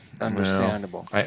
understandable